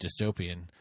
dystopian